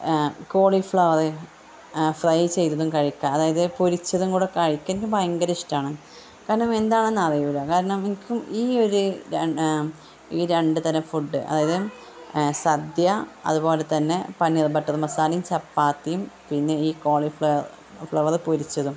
cauliflower fry ചെയ്തതും കഴിക്കുക അതായത് പൊരിച്ചതും കൂടി കഴിക്കാന് എനിക്ക് ഭയങ്കര ഇഷ്ടമാണ് കാരണം എന്താണെന്ന് അറിയൂല കാരണം എനിക്കും ഈ ഒരു രണ്ട് തരം ഫുഡ് അതായത് സദ്യ അത് പോലെ തന്നെ പനീർ ബട്ടർ മസാലയും ചപ്പാത്തിയും പിന്നെ ഈ കോളിഫ്ലവർ പൊരിച്ചതും